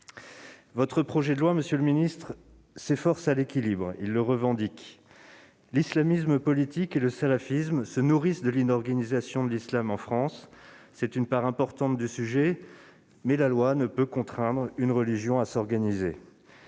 Votre projet de loi, monsieur le ministre, s'efforce à l'équilibre. Il le revendique. L'islamisme politique et le salafisme se nourrissent de l'inorganisation de l'islam en France. C'est une part importante du sujet. Mais la loi ne peut contraindre une religion à s'organiser.